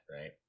right